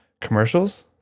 commercials